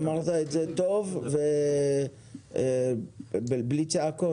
אמרת את זה טוב ובלי צעקות.